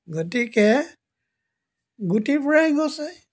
গতিকে গুটিৰ পৰাই গছ হয়